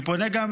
אני פונה גם